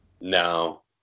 No